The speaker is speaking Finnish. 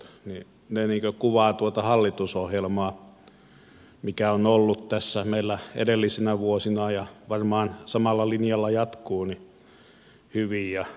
ne kuvaavat hyvin tuota hallitusohjelmaa mikä on ollut meillä edellisinä vuosina ja varmaan samalla linjalla tämä jatkuu